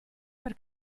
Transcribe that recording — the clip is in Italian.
per